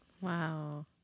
wow